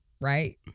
right